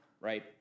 right